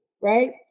right